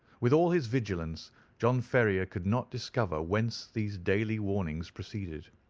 with all his vigilance john ferrier could not discover whence these daily warnings proceeded.